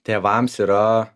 tėvams yra